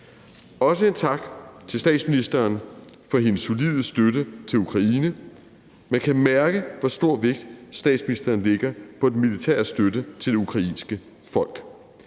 Også en tak til statsministeren for hendes solide støtte til Ukraine. Man kan mærke, hvor stor vægt statsministeren lægger på den militære støtte til det ukrainske folk.